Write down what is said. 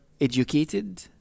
educated